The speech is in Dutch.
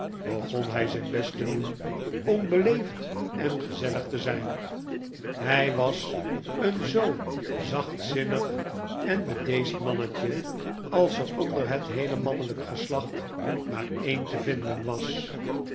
begon hij zijn best te doen om beleefd en gezellig te zijn hij was een zoo zachtzinnig en bedeesd mannetje als er onder het heele mannelijke geslacht maar een te vinden was